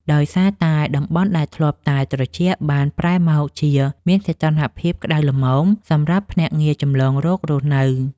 ដោយសារតែតំបន់ដែលធ្លាប់តែត្រជាក់បានប្រែមកជាមានសីតុណ្ហភាពក្ដៅល្មមសម្រាប់ភ្នាក់ងារចម្លងរោគរស់នៅ។